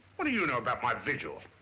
what do you know about my vigil?